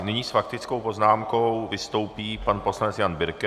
Nyní s faktickou poznámkou vystoupí pan poslanec Jan Birke.